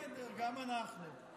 תוסיף זמן פציעות אחר כך.